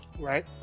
right